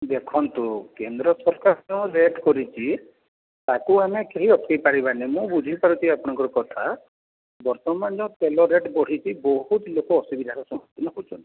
ଦେଖନ୍ତୁ କେନ୍ଦ୍ର ସରକାର ଯେଉଁ ରେଟ୍ କରିଛି ତା'କୁ ଆମେ କେହି ଅଟକେଇ ପାରିବାନି ମୁଁ ବୁଝିପାରୁଛି ଆପଣଙ୍କ କଥା ବର୍ତ୍ତମାନ ଯେଉଁ ତେଲ ରେଟ୍ ବଢ଼ିଛି ବହୁତ ଲୋକ ଅସୁବିଧାର ସମ୍ମୁଖିନ ହେଉଛନ୍ତି